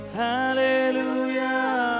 Hallelujah